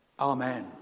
Amen